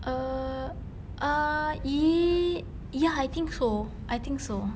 err ah ye~ ya I think so I think so